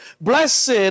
Blessed